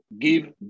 give